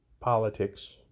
politics